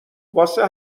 واسه